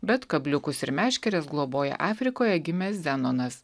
bet kabliukus ir meškeres globoja afrikoje gimęs zenonas